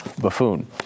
buffoon